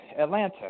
Atlanta